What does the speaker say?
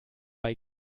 bei